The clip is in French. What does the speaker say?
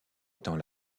étant